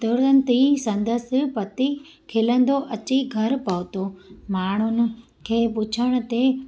तुरंत ई संदसि पती खिलंदो अची घरि पहुतो माण्हुनि खे पुछण ते